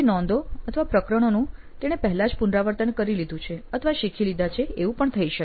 તે નોંધો અથવા પ્રકરણોનું તેણે પહેલા જ પુનરાવર્તન કરી લીધું છે અથવા શીખી લીધા છે એવું પણ થઇ શકે